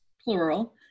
plural